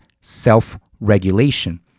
self-regulation